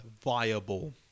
viable